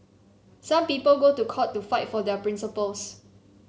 some people go to court to fight for their principles